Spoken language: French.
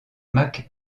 mac